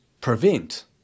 Prevent